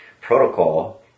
protocol